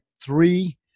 three